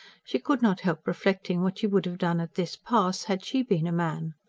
she could not help reflecting what she would have done at this pass, had she been a man.